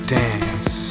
dance